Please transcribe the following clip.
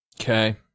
okay